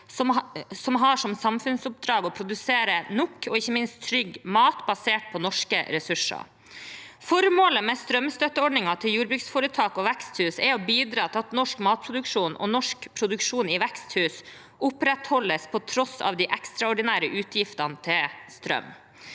som har som samfunnsoppdrag å produsere nok og ikke minst trygg mat basert på norske ressurser. Formålet med strømstøtteordningen til jordbruksforetak og veksthus er å bidra til at norsk matproduksjon og norsk produksjon i veksthus opprettholdes på tross av de ekstraordinære utgiftene til strøm.